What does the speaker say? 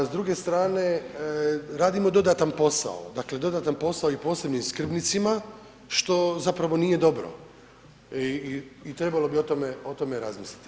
S druge strane, radimo dodatan posao, dakle dodatan posao i posebnim skrbnicima što zapravo nije dobro i trebalo bi o tome, o tome razmisliti.